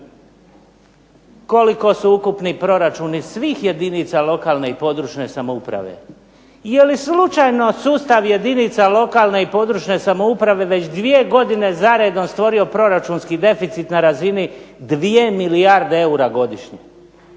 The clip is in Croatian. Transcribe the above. Koliko su ukupni proračuni svih jedinica lokalne i područne samouprave. Je li slučajno sustav jedinica lokalne i područne samouprave već dvije godine za redom stvorio proračunski deficit na razini dvije milijarde eura godišnje.